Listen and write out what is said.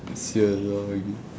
[sial] lah